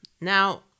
Now